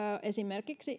esimerkiksi